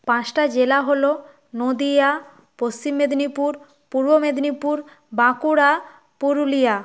পাঁচটা জেলা হল নদিয়া পশ্চিম মেদিনীপুর পূর্ব মেদিনীপুর বাঁকুড়া পুরুলিয়া